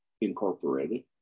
Incorporated